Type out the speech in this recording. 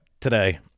today